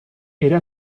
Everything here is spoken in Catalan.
era